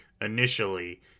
initially